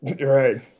Right